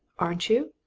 aren't you?